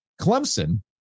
Clemson